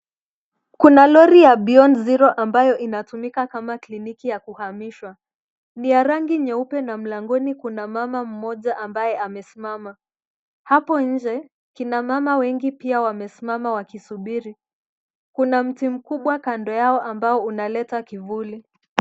Kuna lori ya Beyond Zero ambayo inatumika kama kliniki ya kuhamishwa. Ni ya rangi nyeupe na mlangoni kuna mama mmoja ambaye amesimama. Hapo nje, kina mama wengi pia wamesimama wakisubiri. Kuna mti mkubwa kando yao ambao unaleta kivuli.